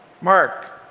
Mark